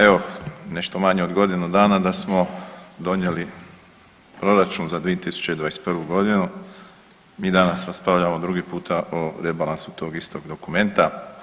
Evo, nešto manje od godinu dana da smo donijeli proračun za 2021.g., mi danas raspravljamo drugi puta o rebalansu tog istog dokumenta.